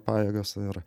pajėgas ir